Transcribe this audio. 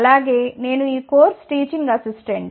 అలాగే నేను ఈ కోర్సుకు టీచింగ్ అసిస్టెంట్